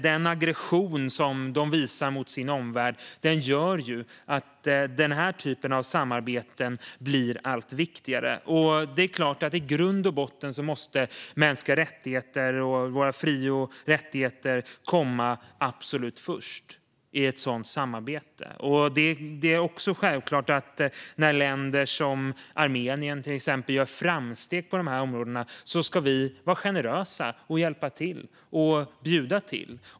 Den aggression som Ryssland visar mot sin omvärld gör att den här typen av samarbeten blir allt viktigare. I grund och botten måste mänskliga rättigheter och våra fri och rättigheter komma absolut först i ett sådant samarbete. Det är också självklart att när länder som Armenien gör framsteg på dessa områden ska vi vara generösa och hjälpa till och bjuda till.